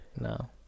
No